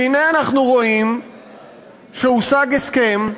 והנה אנחנו רואים שהושג הסכם,